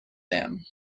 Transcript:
them